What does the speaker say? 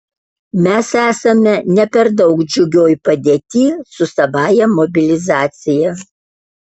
mes esame ne per daug džiugioj padėty su savąja mobilizacija